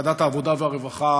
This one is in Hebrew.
ועדת העבודה והרווחה,